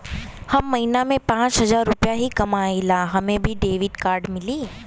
हम महीना में पाँच हजार रुपया ही कमाई ला हमे भी डेबिट कार्ड मिली?